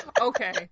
okay